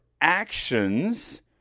actions